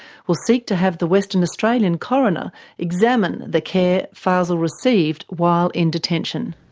will seek to have the western australian coroner examine the care fazel received while in detention.